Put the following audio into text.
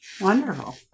Wonderful